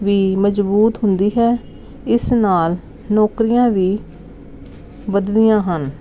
ਵੀ ਮਜ਼ਬੂਤ ਹੁੰਦੀ ਹੈ ਇਸ ਨਾਲ ਨੌਕਰੀਆਂ ਵੀ ਵਧਦੀਆਂ ਹਨ